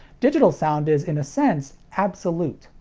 digital sound is in a sense, absolute.